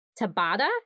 Tabata